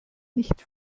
nicht